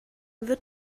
wird